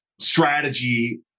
strategy